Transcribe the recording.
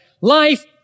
life